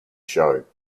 show